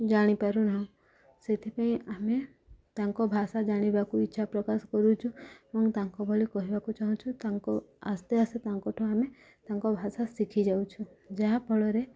ଜାଣିପାରୁନାହୁଁ ସେଥିପାଇଁ ଆମେ ତାଙ୍କ ଭାଷା ଜାଣିବାକୁ ଇଚ୍ଛା ପ୍ରକାଶ କରୁଛୁ ଏବଂ ତାଙ୍କ ଭଳି କହିବାକୁ ଚାହୁଁଛୁ ତାଙ୍କ ଆସ୍ତେ ଆସ୍ତେ ତାଙ୍କ ଠୁ ଆମେ ତାଙ୍କ ଭାଷା ଶିଖିଯାଉଛୁ ଯାହାଫଳରେ